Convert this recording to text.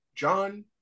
John